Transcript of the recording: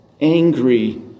angry